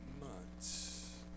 months